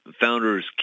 founders